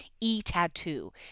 e-tattoo